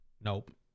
Nope